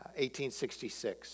1866